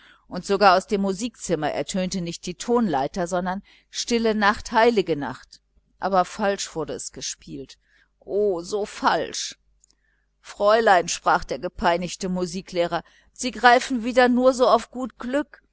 und sogar aus dem musikzimmer ertönte nicht die tonleiter sondern stille nacht heilige nacht aber falsch wurde es gespielt o so falsch fräulein sprach der gepeinigte musiklehrer sie greifen wieder nur so auf gut glück